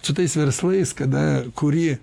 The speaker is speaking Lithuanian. su tais verslais kada kuri